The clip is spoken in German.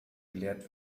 gelehrt